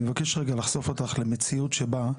אני מבקש רגע לחשוף אותך למציאות שבה,